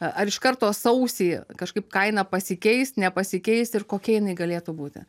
ar iš karto sausį kažkaip kaina pasikeis nepasikeis ir kokia jinai galėtų būti